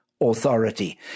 authority